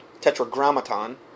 Tetragrammaton